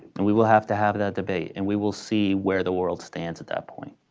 and we will have to have that debate and we will see where the world stands at that point.